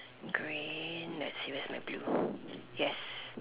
green let's see where's my blue yes